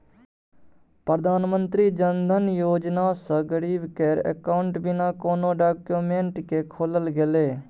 प्रधानमंत्री जनधन योजना सँ गरीब केर अकाउंट बिना कोनो डाक्यूमेंट केँ खोलल गेलै